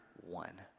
one